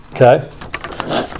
okay